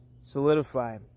Solidify